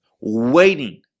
Waiting